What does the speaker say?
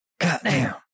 Goddamn